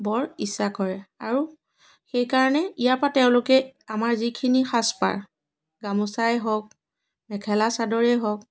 বৰ ইচ্ছা কৰে আৰু সেই কাৰণে ইয়াৰ পৰা তেওঁলোকে আমাৰ যিখিনি সাজপাৰ গামোচাই হওক মেখেলা চাদৰেই হওক